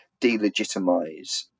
delegitimize